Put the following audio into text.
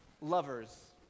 lovers